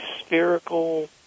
spherical